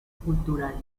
cultural